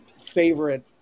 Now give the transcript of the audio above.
favorite